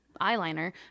eyeliner